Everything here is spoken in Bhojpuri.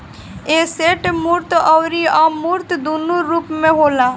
एसेट मूर्त अउरी अमूर्त दूनो रूप में होला